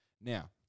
Now